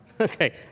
Okay